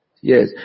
Yes